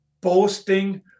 boasting